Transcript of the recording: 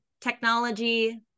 technology